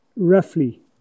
roughly